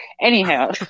Anyhow